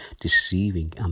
deceiving